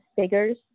figures